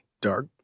dark